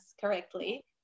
correctly